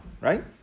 right